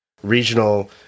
Regional